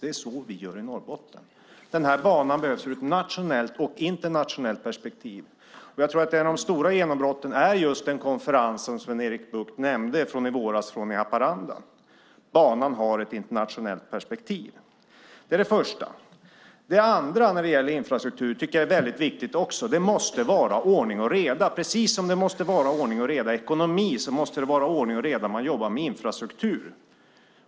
Det är så vi gör i Norrbotten. Den här banan behövs ur ett nationellt och internationellt perspektiv. Jag tror att ett av de stora genombrotten var just konferensen, som Sven-Erik Bucht nämnde, i våras i Haparanda. Banan har ett internationellt perspektiv. Det är det första. Det andra när det gäller infrastruktur tycker jag också är väldigt viktigt. Det måste vara ordning och reda. Precis som det måste vara ordning och reda i ekonomin måste det vara ordning och reda när man jobbar med infrastruktur.